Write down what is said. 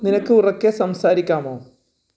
നിനക്ക് ഉറക്കെ സംസാരിക്കാമോ